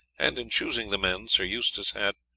and in choosing the men sir eustace had,